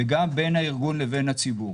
וגם בין הארגון לבין הציבור.